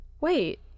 Wait